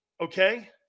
okay